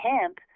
hemp